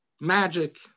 magic